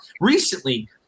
recently